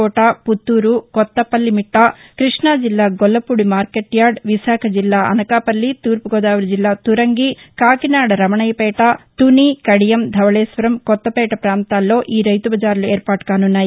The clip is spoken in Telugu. కోట పుత్తూరు కొత్త పల్లిమిట్ట కృష్ణా జిల్లా గొల్లపూడి మార్కెట్ యార్ద విశాఖ జిల్లా అనకాపల్లి తూర్పు గోదావరి జిల్లా తురంగి కాకినాడ రమణయ్య పేట తుని కడియం ధవకేశ్వరం కొత్తపేట పాంతాల్లో ఈ రైతు బజార్ల ఏర్పాటు కానున్నాయి